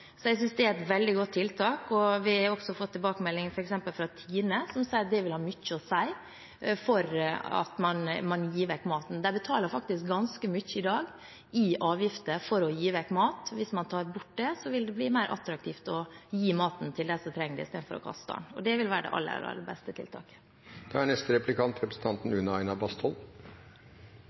Jeg synes det er et veldig godt tiltak, og vi har også fått tilbakemelding fra f.eks. Tine, som sier at det vil ha mye å si for at man gir bort maten. De betaler faktisk ganske mye i dag i avgifter for å gi bort mat. Hvis man tar bort det, vil det bli mer attraktivt å gi maten til dem som trenger det, i stedet for å kaste den. Det vil være det aller, aller beste tiltaket. Vi er